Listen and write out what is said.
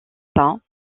pas